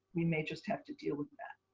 we may just have to deal with that.